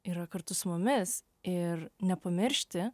yra kartu su mumis ir nepamiršti